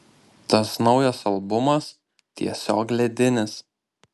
tas naujas albumas tiesiog ledinis